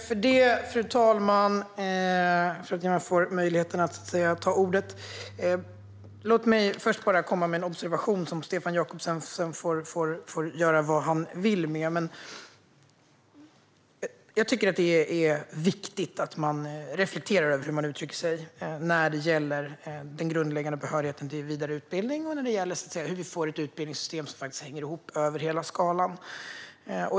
Fru talman! Låt mig först komma med en observation, som Stefan Jakobsson får göra vad han vill med. Det är viktigt att reflektera över hur man uttrycker sig när det gäller den grundläggande behörigheten till vidare utbildning och hur vi får ett utbildningssystem som hänger ihop över hela skalan.